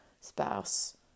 spouse